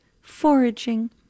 foraging